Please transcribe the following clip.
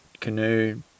canoe